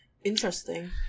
Interesting